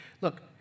Look